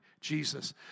Jesus